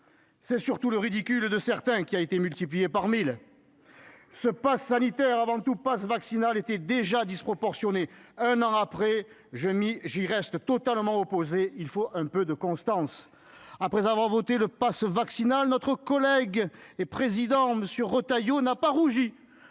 C'est surtout le ridicule de certains qui a été multiplié par mille ! Ce passe sanitaire, qui est avant tout un passe vaccinal, était déjà disproportionné. Un an après, j'y reste totalement opposé, car il faut un peu de constance. Après avoir voté ce passe vaccinal, notre collègue Bruno Retailleau n'a pas rougi